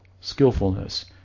skillfulness